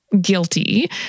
guilty